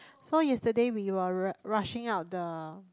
so yesterday we were r~ rushing out the